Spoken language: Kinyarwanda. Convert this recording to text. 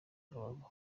rubavu